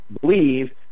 believe